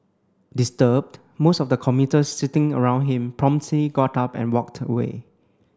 disturbed most of the commuters sitting around him promptly got up and walked away